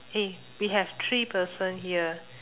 !hey! we have three person here